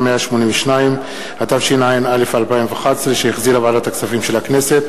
הודעה לסגן מזכירת הכנסת.